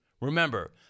Remember